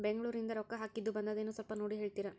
ಬೆಂಗ್ಳೂರಿಂದ ರೊಕ್ಕ ಹಾಕ್ಕಿದ್ದು ಬಂದದೇನೊ ಸ್ವಲ್ಪ ನೋಡಿ ಹೇಳ್ತೇರ?